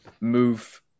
move